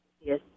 Yes